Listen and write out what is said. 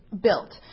built